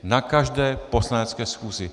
Na každé poslanecké schůzi.